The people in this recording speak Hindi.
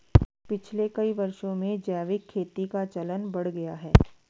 पिछले कई वर्षों में जैविक खेती का चलन बढ़ गया है